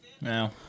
No